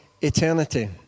eternity